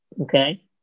Okay